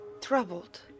troubled